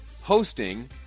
hosting